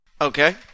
Okay